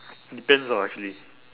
depends ah actually